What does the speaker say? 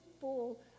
full